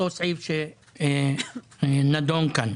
אותו סעיף שנדון כאן.